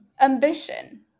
ambition